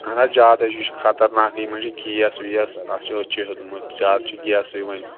اہن حظ زیادَے یہِ چھُ خطرناکھٕے یِمَن چھُ گیس ویس اَتھ چھِ أتھۍ چھِ ہیوٚتمُت زیادٕ چھُ گیسٕے وَنہِ